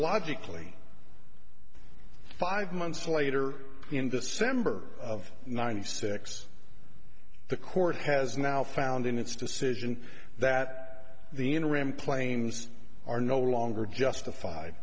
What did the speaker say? ogically five months later in december of ninety six the court has now found in its decision that the interim planes are no longer justified